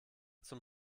zum